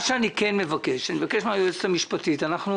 אנחנו מודים לקדוש ברוך הוא שלא היו נפגעים בנפש אבל האסון